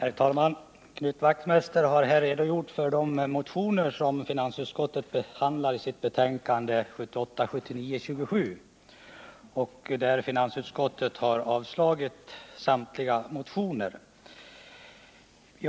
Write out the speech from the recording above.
Herr talman! Knut Wachtmeister har här redogjort för de motioner som finansutskottet behandlar i sitt betänkande 1978/79:27, där utskottet avstyrkt samtliga motioner.